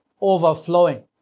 overflowing